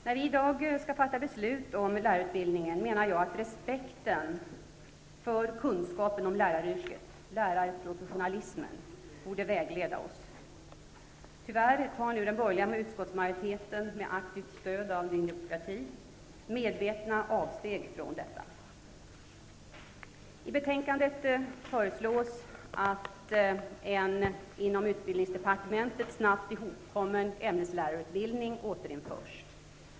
När vi i dag skall fatta beslut om lärarutbildningen menar jag att respekten för kunskapen om läraryrket, lärarprofessionalismen, borde vägleda oss. Tyvärr gör nu den borgerliga utskottsmajoriteten med aktivt stöd från Ny demokrati medvetna avsteg från detta. I detta betänkande föreslås att en inom utbildningsdepartementet snabbt ihopkommen ämneslärarutbildning återinförs.